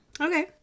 Okay